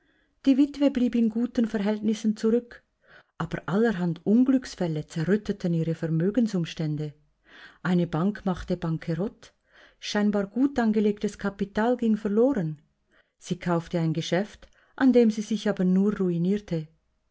die witwe blieb in guten verhältnissen zurück aber allerhand unglücksfälle zerrütteten ihre vermögensumstände eine bank machte bankerott scheinbar gut angelegtes kapital ging verloren sie kaufte ein geschäft an dem sie sich aber nur ruinierte